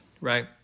right